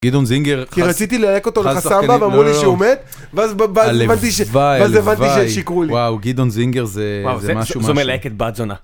גדעון זינגר. כי רציתי ללהק אותו ל-"חסמבה", ואמרו לי שהוא מת, ואז הבנתי שיקרו לי. וואו, גדעון זינגר זה משהו משהו. זה מלהקת בת זונה.